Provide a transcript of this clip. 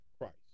Christ